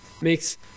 makes